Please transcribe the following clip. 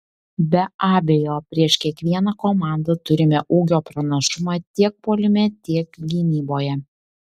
be abejo prieš kiekvieną komandą turime ūgio pranašumą tiek puolime tiek gynyboje